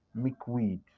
mickweed